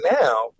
now